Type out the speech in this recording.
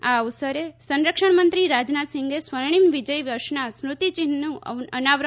આ અવસરે સંરક્ષણમંત્રી રાજનાથસિંહે સ્વર્ણિમ વિજય વર્ષના સ્મૃતિ ચિન્હનું અનાવરણ કર્યું